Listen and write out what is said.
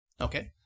Okay